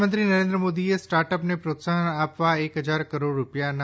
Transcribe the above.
પ્રધાનમંત્રી નરેન્દ્ર મોદીએ સ્ટાર્ટઅપને પ્રોત્સાહન આપવા એક હજાર કરોડ રૂપિયાના